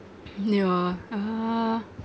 yeah uh